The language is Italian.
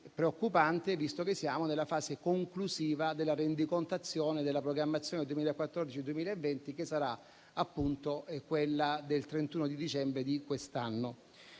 preoccupante, visto che eravamo nella fase conclusiva della rendicontazione della programmazione 2014-2020, che sarà appunto quella del 31 dicembre di quest'anno.